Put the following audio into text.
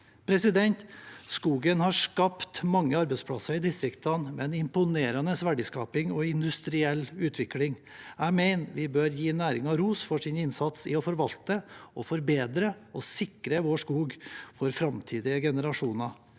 kunnskap. Skogen har skapt mange arbeidsplasser i distriktene, med imponerende verdiskaping og industriell utvikling. Jeg mener vi bør gi næringen ros for sin innsats for å forvalte, forbedre og sikre vår skog for framtidige generasjoner.